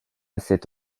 cette